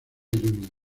juniors